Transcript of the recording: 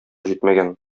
җитмәгән